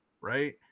right